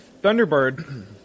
thunderbird